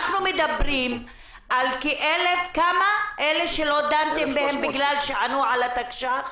אנחנו מדברים על - כמה היו אלה שלא דנתם בהם בגלל שענה על התקש"ח?